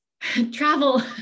travel